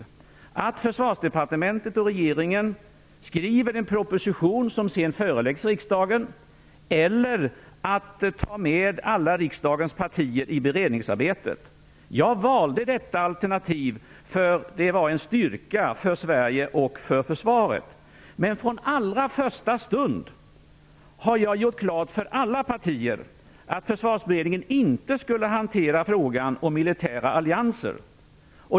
Antingen skriver Försvarsdepartementet och regeringen en proposition som sedan föreläggs riksdagen, eller så tas alla riksdagens partier med i beredningsarbetet. Jag valde detta alternativ därför att det innebar en styrka för Men från allra första stund har jag gjort klart för alla partier att Försvarsberedningen inte skulle hantera frågan om militära allianser.